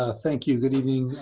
ah thank you, good evening,